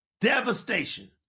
devastation